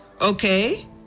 Okay